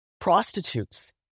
prostitutes